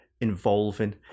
involving